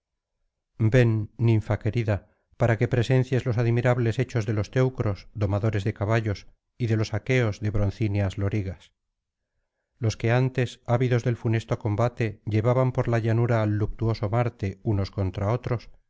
ven ninfa querida para que presencies los admirables hechos de los teucros domadores de caballos y de los aqueos de broncíneas lorigas los que antes ávidos del funesto combate llevaban por la llanura al luctuoso marte unos contra otros